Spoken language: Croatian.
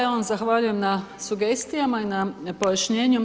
Ja vam zahvaljujem na sugestijama i na pojašnjenju.